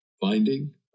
finding